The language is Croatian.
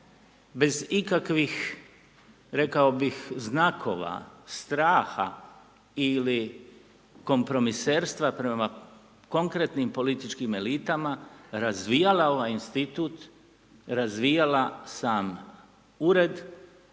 bez ikakvih, rekao bih, znakova straha ili kompromiserstva prema konkretnim političkim elitama, razvijala ovaj institut, razvijala sam Ured,